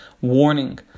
warning